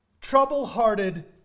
trouble-hearted